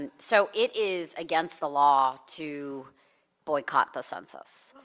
and so, it is against the law to boycott the census.